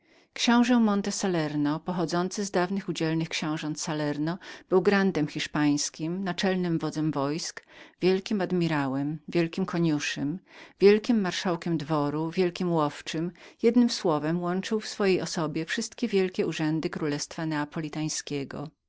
książe monte salerno pochodzący z dawnych udzielnych książąt monte salerno był grandem hiszpańskim naczelnym wodzem wojsk wielkim admirałem wielkim koniuszym wielkim marszałkiem dworu wielkim łowczym jednem słowem łączył w swojej osobie wszystkie wielkie urzęda królestwa neapolitańskiego